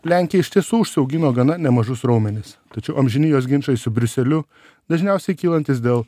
lenkija iš tiesų užsiaugino gana nemažus raumenis tačiau amžini jos ginčai su briuseliu dažniausiai kylantys dėl